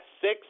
six